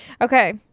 Okay